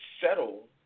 settle